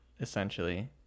essentially